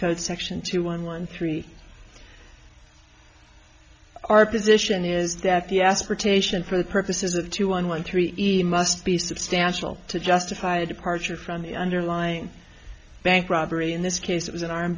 code section two one one three our position is that the asportation for the purposes of two on one three easy must be substantial to justify a departure from the underlying bank robbery in this case it was an arm